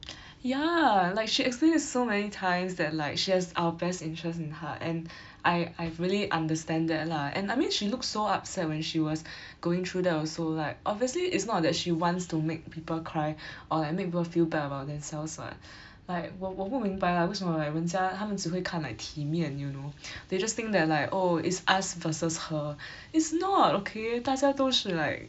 ya like she explained so many times that like she has our best interest in heart and I I really understand that lah and I mean she looked so upset when she was going through that also like obviously it's not that she wants to make people cry or like make people feel bad about themselves [what] like 我我不明白啦为什么 like 人家他们只会看 like 体面 you know they just think that like oh it's us versus her it's not okay 大家都是 like